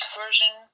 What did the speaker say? version